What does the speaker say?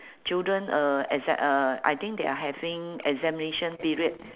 children uh exa~ uh I think they are having examination period